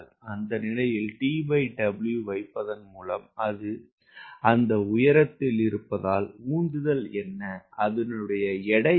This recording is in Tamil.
அந்த நிலையில் TW வைப்பதன் மூலம் அது அந்த உயரத்தில் இருப்பதால் உந்துதல் என்ன எடை என்ன